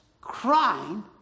Crying